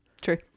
true